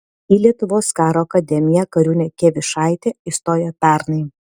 į lietuvos karo akademiją kariūnė kievišaitė įstojo pernai